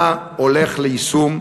אתה הולך ליישום,